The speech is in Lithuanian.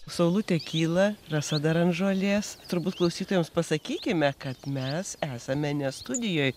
saulutė kyla rasa dar ant žolės turbūt klausytojams pasakykime kad mes esame ne studijoj